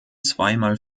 zweimal